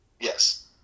Yes